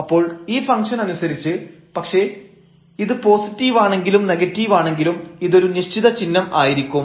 അപ്പോൾ ഈ ഫംഗ്ഷൻ അനുസരിച്ച് പക്ഷേ ഇത് പോസിറ്റീവാണെങ്കിലും നെഗറ്റീവാണെങ്കിലും ഇതൊരു നിശ്ചിത ചിഹ്നം ആയിരിക്കും